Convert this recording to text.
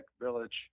village